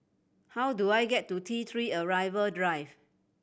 how do I get to T Three Arrival Drive